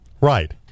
Right